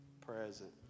present